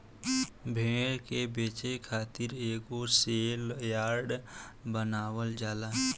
भेड़ के बेचे खातिर एगो सेल यार्ड बनावल जाला